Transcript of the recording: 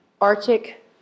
arctic